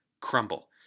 crumble